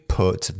put